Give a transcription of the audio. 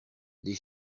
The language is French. des